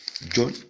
John